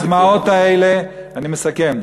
הדמעות האלה אני מסכם,